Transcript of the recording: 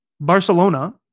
Barcelona